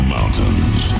Mountains